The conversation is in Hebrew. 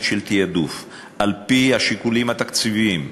של תעדוף על-פי השיקולים התקציביים,